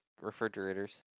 refrigerators